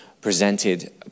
presented